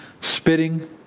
spitting